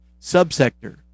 subsector